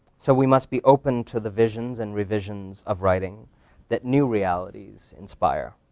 so, we must be open to the visions and revisions of writing that new realities inspire.